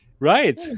Right